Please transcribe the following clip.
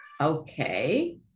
okay